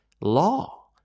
law